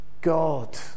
God